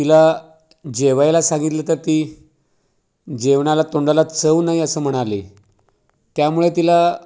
तिला जेवायला सांगितलं तर ती जेवणाला तोंडाला चव नाही असं म्हणाली त्यामुळे तिला